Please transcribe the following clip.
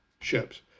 ships